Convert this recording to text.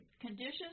conditions